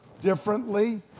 differently